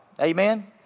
Amen